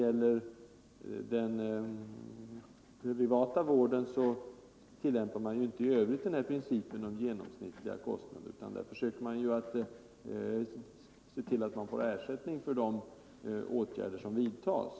Inom den privata sjukvården tillämpar man inte i övrigt principen om genomsnittliga kostnader, utan man försöker se till att läkaren får ersättning för de åtgärder som vidtas.